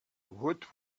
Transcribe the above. woot